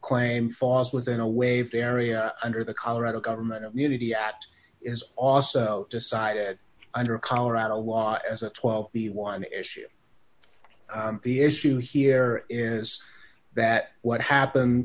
claim falls within a waiver area under the colorado government unity act is also decided under colorado law as of twelve the one issue the issue here is that what happened